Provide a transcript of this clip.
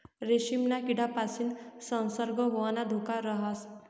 रेशीमना किडापासीन संसर्ग होवाना धोका राहस